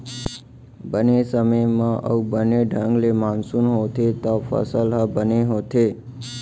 बने समे म अउ बने ढंग ले मानसून होथे तव फसल ह बने होथे